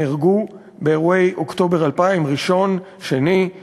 נהרגו באירועי אוקטובר 2000. 1,